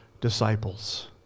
disciples